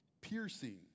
Piercing